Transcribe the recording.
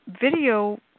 video